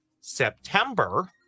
September